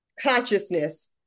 consciousness